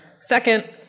Second